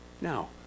Now